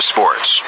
Sports